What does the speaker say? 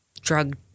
drug